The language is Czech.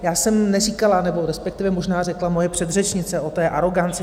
Já jsem neříkala, nebo respektive možná řekla moje předřečnice, něco o té aroganci.